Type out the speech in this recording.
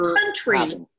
country